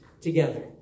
together